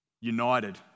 United